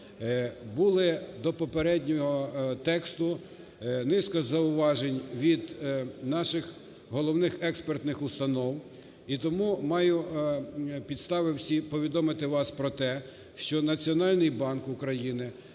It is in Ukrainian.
Була до попереднього тексту низка зауважень від наших головних експертних установ і тому маю підстави всі повідомити вам про те, що Національний банк України,